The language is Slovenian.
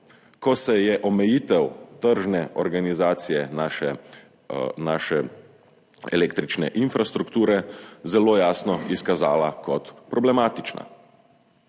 ko se je omejitev tržne organizacije naše električne infrastrukture zelo jasno izkazala kot problematična.